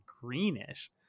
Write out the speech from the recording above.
greenish